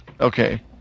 Okay